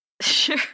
Sure